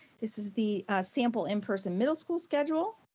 this is the sample in-person middle school schedule.